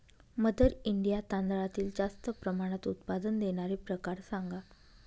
mother India तांदळातील जास्त प्रमाणात उत्पादन देणारे प्रकार सांगा